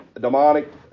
demonic